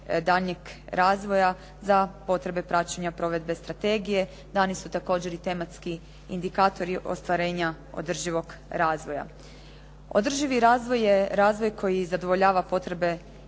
daljnjeg razvoja za potrebe praćenje provedbe strategije, dani su također i tematski indikatori ostvarenja održivog razvoja. Održivi razvoj je razvoj koji zadovoljava potrebe